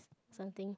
something